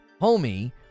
homie